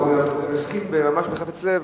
הוא יסכים ממש בחפץ לב,